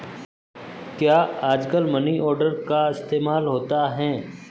क्या आजकल money order का इस्तेमाल होता है?